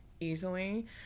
easily